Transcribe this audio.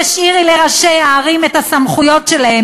תשאירי לראשי הערים את הסמכויות שלהם,